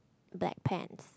black pants